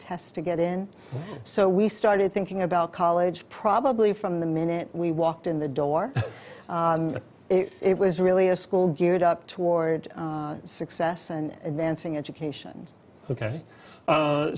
test to get in so we started thinking about college probably from the minute we walked in the door it was really a school geared up toward success and advancing education ok